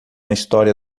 história